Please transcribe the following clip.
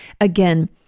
Again